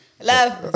Love